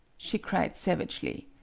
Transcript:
she cried savagely.